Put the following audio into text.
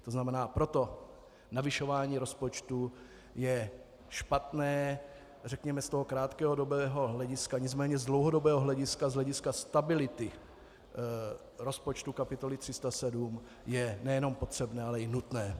To znamená, proto navyšování rozpočtu je špatné, řekněme, z toho krátkodobého hlediska, nicméně z dlouhodobého hlediska, z hlediska stability rozpočtu kapitoly 307, je nejenom potřebné, ale i nutné.